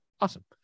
Awesome